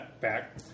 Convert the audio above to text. back